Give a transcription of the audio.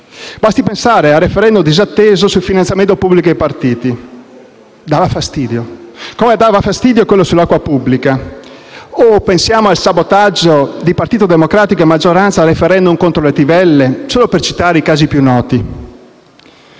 Basti pensare al *referendum* disatteso sul finanziamento pubblico ai partiti: dava fastidio, come dava fastidio quello sull'acqua pubblica. Pensiamo al sabotaggio di Partito Democratico e maggioranza al *referendum* contro le trivelle, solo per citare i casi più noti.